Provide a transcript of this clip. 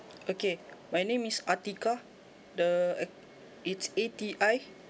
okay my name is atikah the uh it's A T I